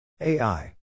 AI